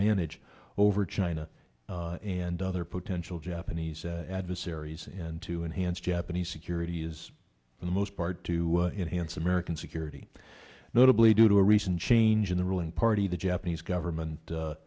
advantage over china and other potential japanese adversaries and to enhance japanese security is the most part to enhance american security notably due to a recent change in the ruling party the japanese government